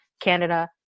Canada